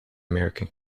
american